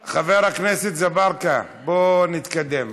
אזברגה, בוא נתקדם.